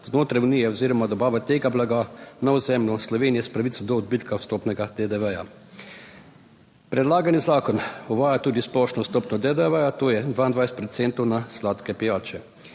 znotraj unije oziroma dobave tega blaga na ozemlju Slovenije s pravico do odbitka vstopnega DDV. Predlagani zakon uvaja tudi splošno stopnjo DDV, to je 22 procentov na sladke pijače.